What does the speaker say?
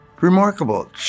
remarkable